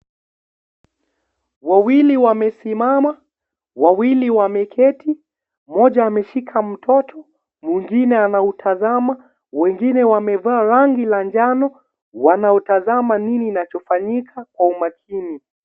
Wawili wamesimama, wawili wameketi, mmoja ameshika mtoto, mwengine anautazama, wengine wamevaa rangi la njano wanautazama nini inachofanyika kwa umakini.